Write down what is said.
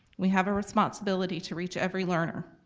we have a responsibility to reach every learner.